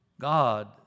God